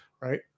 Right